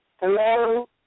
Hello